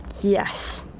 Yes